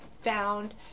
found